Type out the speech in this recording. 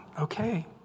okay